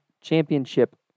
championship